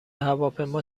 هواپیما